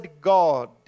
God